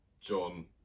John